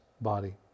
body